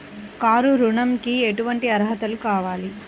Car ఋణంకి ఎటువంటి అర్హతలు కావాలి?